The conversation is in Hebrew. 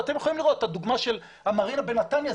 אתם יכולים לראות את הדוגמה של המרינה בנתניה.